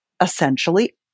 essentially